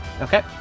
Okay